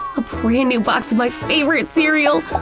a brand new box of my favorite cereal!